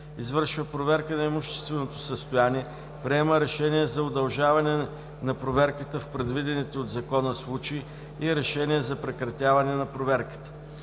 извършва проверка на имущественото състояние, приема решение за удължаване на проверката в предвидените от Закона случаи и решения за прекратяване на проверката;